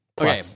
Okay